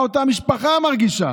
מה אותה משפחה מרגישה?